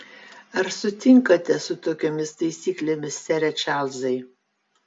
ar sutinkate su tokiomis taisyklėmis sere čarlzai